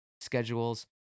schedules